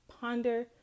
ponder